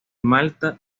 malta